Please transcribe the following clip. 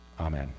Amen